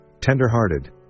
tender-hearted